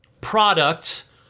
products